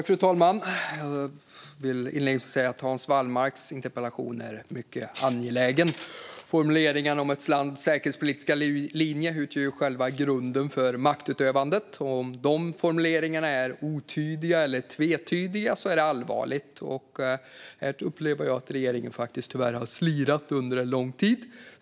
Fru talman! Låt mig inledningsvis säga att Hans Wallmarks interpellation är mycket angelägen. Formuleringarna om ett lands säkerhetspolitiska linje utgör ju själva grunden för maktutövandet, och om dessa formuleringar är otydliga eller tvetydliga är det allvarligt. Jag upplever att regeringen här tyvärr under lång tid har slirat.